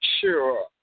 sure